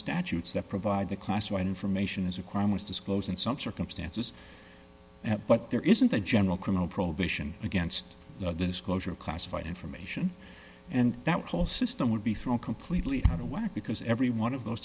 statutes that provide the classified information is a crime was disclosed in some circumstances but there isn't a general criminal probation against the disclosure of classified information and that whole system would be thrown completely out of whack because every one of those